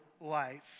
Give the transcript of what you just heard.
life